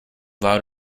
loud